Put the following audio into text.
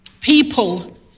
people